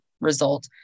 result